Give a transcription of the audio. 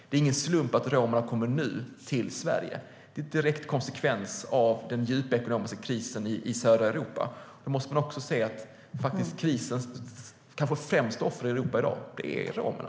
Det är ingen slump att det är nu romerna kommer till Sverige. Det är en direkt konsekvens av den djupa ekonomiska krisen i södra Europa. Man måste se att krisens kanske främsta offer i Europa i dag är romerna.